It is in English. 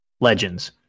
legends